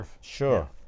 Sure